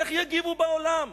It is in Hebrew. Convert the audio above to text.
איך יגיבו בעולם?